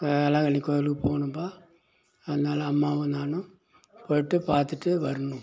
வேளாங்கண்ணி கோவிலுக்கு போகணும்பா அதனால அம்மாவும் நானும் போய்ட்டு பார்த்துட்டு வரணும்